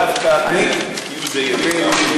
שדווקא אתם תהיו זהירים מאוד.